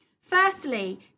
Firstly